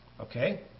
Okay